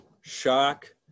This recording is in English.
shock